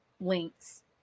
links